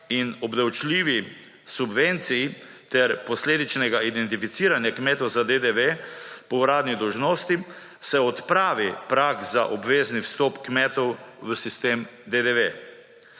in obdavčljivi subvenciji ter posledičnega identificiranja kmetov za DDV po uradni dolžnosti se odpravi prag za obvezni vstop kmetov v sistem DDV.